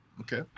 Okay